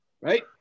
right